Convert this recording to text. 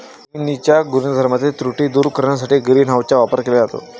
जमिनीच्या गुणधर्मातील त्रुटी दूर करण्यासाठी ग्रीन हाऊसचा वापर केला जातो